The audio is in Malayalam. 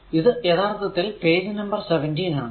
ഇത് യഥാർത്ഥത്തിൽ പേജ് നമ്പർ 17 ആണ്